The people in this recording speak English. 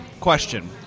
question